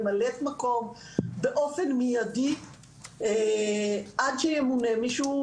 ממלאת-מקום באופן מיידי עד שימונה מישהו,